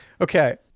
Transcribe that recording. okay